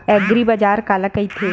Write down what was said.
एग्रीबाजार काला कइथे?